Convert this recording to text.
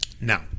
Now